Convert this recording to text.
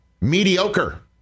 mediocre